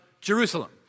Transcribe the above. Jerusalem